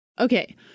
Okay